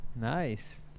Nice